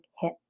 hit